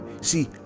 see